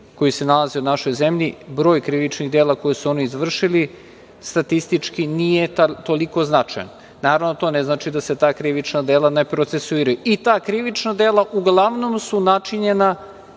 koji se nalazi u našoj zemlji, broj krivičnih dela koje su oni izvršili statistički nije toliko značajan. Naravno da to ne znači da se ta krivična dela ne procesuiraju. I ta krivična dela uglavnom su načinjena